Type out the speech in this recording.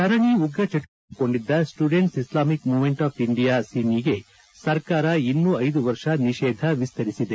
ಸರಣಿ ಉಗ್ರ ಚಟುವಟಕೆಗಳಲ್ಲಿ ತೊಡಗಿಕೊಂಡಿದ್ದ students Islamic movement of India SIMI ಗೆ ಸರ್ಕಾರ ಇನ್ನೂ ಐದು ವರ್ಷ ನಿಷೇಧ ವಿಸ್ತರಿಸಿದೆ